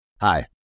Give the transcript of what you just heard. Hi